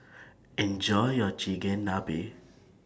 Enjoy your Chigenabe